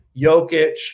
Jokic